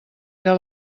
era